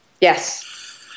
Yes